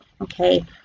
Okay